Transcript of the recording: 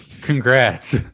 Congrats